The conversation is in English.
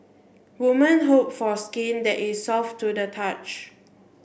woman hope for skin that is soft to the touch